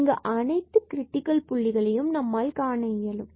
இங்கு அனைத்து கிரிட்டிக்கல் புள்ளிகளையும் நம்மால் காண இயலும்